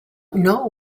know